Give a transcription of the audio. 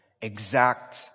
exact